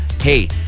hey